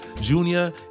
Junior